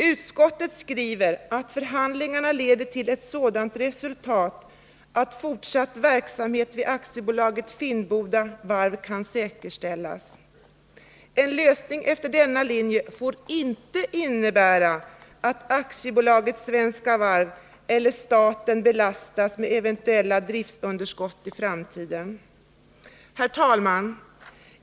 Utskottet skriver att det är angeläget att förhandlingarna leder till ett sådant resultat att fortsatt verksamhet vid varvet kan säkerställas, men sedan tillägger utskottet: ”En lösning efter dessa linjer får dock inte innebära att Svenska Varv AB eller staten belastas med eventuella driftsunderskott i framtiden.” 3 Herr talman!